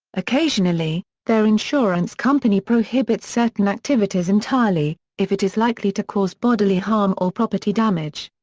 occasionally, their insurance company prohibits certain activities entirely, if it is likely to cause bodily harm or property damage.